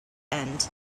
end